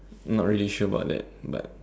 not really sure about that but